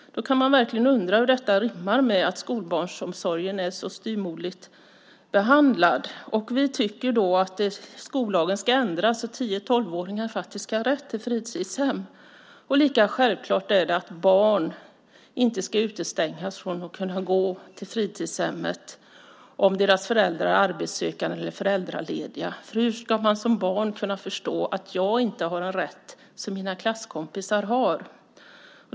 Då kan man verkligen undra hur detta rimmar med att skolbarnsomsorgen är så styvmoderligt behandlad. Vi tycker att skollagen ska ändras så att tio-tolv-åringar faktiskt ska ha rätt till fritidshem. Lika självklart är det att barn inte ska utestängas från fritidshemmet om deras föräldrar är arbetssökande eller föräldralediga. Hur ska man som barn kunna förstå att man inte har samma rätt som klasskompisarna har?